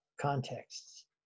contexts